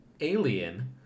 Alien